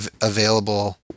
available